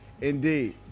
Indeed